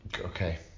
Okay